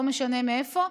לא משנה מאיפה,